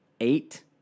eight